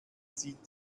zieht